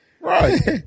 Right